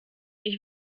ich